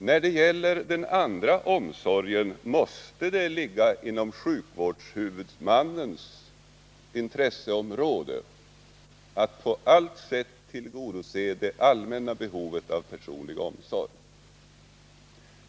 När det gäller den andra omsorgen måste det ligga inom sjukvårdshuvudmannens intresseområde att på allt sätt tillgodose det allmänna behovet av personlig omsorg.